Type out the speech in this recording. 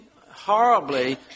horribly